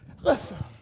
Listen